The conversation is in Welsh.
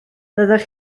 doeddech